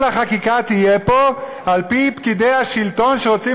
כל החקיקה תהיה פה על-פי פקידי השלטון שרוצים